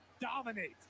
dominate